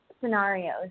scenarios